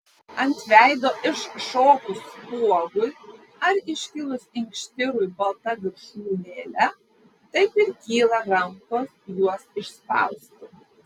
ant veido iššokus spuogui ar iškilus inkštirui balta viršūnėle taip ir kyla rankos juos išspausti